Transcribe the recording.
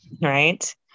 right